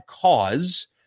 cause